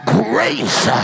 grace